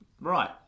Right